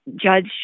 judge